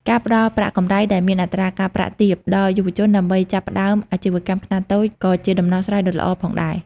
ការផ្តល់ប្រាក់កម្ចីដែលមានអត្រាការប្រាក់ទាបដល់យុវជនដើម្បីចាប់ផ្តើមអាជីវកម្មខ្នាតតូចក៏ជាដំណោះស្រាយដ៏ល្អផងដែរ។